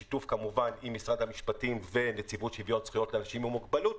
בשיתוף כמובן עם משרד המשפטים ונציבות שוויון זכויות לאנשים עם מוגבלות,